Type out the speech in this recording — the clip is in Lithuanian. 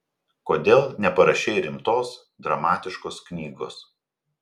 kodėl neparašei rimtos dramatiškos knygos